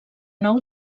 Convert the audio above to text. nou